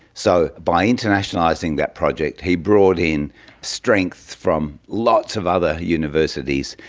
so by internationalising that project he brought in strength from lots of other universities,